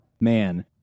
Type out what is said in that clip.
man